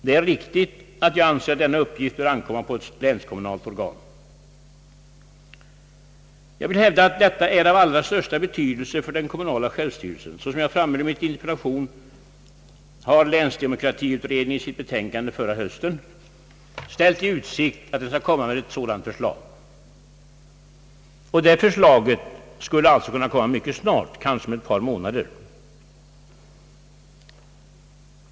Det är riktigt att jag anser att denna uppgift bör ankomma på ett länskommunalt organ. Jag vill hävda att detta är av allra största betydelse för den kommunala självstyrelsen. Såsom jag framhöll i min interpellation har länsdemokratiutredningen i sitt betänkande förra hösten ställt i utsikt att den skall komma med ett sådant förslag. Och det förslaget skulle alltså kunna komma mycket snart — kanske om ett par månader.